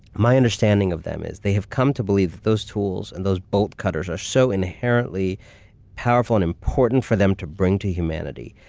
my understanding of them is they have come to believe that those tools and those bolt cutters are so inherently powerful and important for them to bring to humanity,